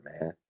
man